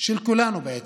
של כולנו, בעצם.